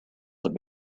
that